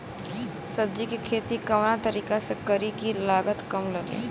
सब्जी के खेती कवना तरीका से करी की लागत काम लगे?